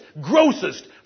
grossest